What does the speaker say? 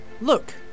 Look